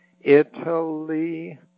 Italy